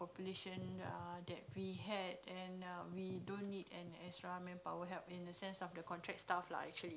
population uh that we had and err we don't an extra manpower help in the sense of the contract staff lah actually